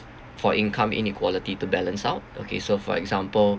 for income inequality to balance out okay so for example